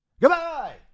Goodbye